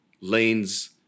lanes